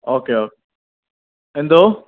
ഒക്കെ ഓ എന്തോ